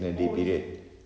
oh is it